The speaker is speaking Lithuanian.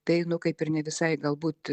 tai nu kaip ir ne visai galbūt